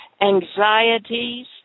anxieties